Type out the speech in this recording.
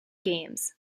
games